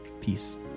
Peace